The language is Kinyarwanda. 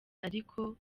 ariko